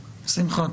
שמחה,